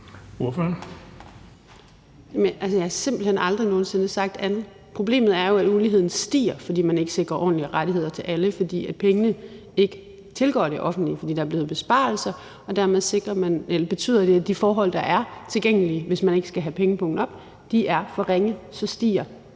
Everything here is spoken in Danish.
jeg har simpelt hen aldrig nogen sinde sagt andet. Problemet er jo, at uligheden stiger, fordi man ikke sikrer ordentlige rettigheder til alle, i og med at pengene ikke tilgår det offentlige, fordi der er foretaget besparelser, og dermed betyder det, at de forhold, der er tilgængelige, hvis ikke man skal have pengepungen op, er for ringe, og så stiger